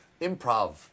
Improv